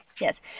Yes